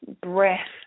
breath